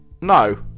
No